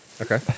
Okay